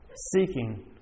seeking